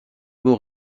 beau